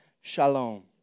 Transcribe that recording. shalom